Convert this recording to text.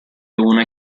una